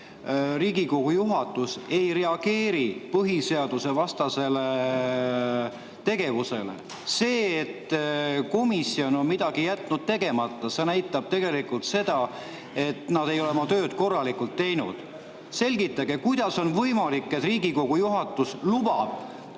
Riigikogu juhatus ei reageeri põhiseadusvastasele tegevusele. See, et komisjon on midagi jätnud tegemata, näitab tegelikult seda, et nad ei ole oma tööd korralikult teinud. Selgitage, kuidas on võimalik, et Riigikogu juhatus lubab